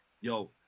Yo